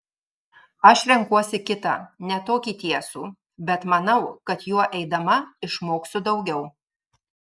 aš renkuosi kitą ne tokį tiesų bet manau kad juo eidama išmoksiu daugiau